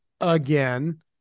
again